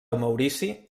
maurici